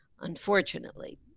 unfortunately